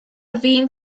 fin